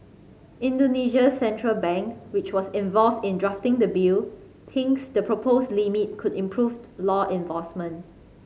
Indonesia's central bank which was involved in drafting the bill thinks the proposed limit could improved law enforcement